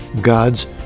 God's